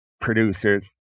producers